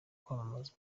kwamamaza